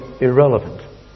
irrelevant